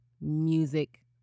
music